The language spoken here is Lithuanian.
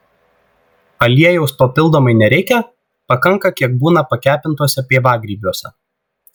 aliejaus papildomai nereikia pakanka kiek būna pakepintuose pievagrybiuose